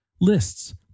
Lists